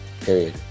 period